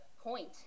point